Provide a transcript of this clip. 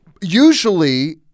Usually